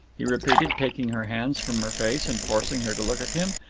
he repeated, taking her hands from her face, and forcing her to look at him,